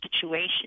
situation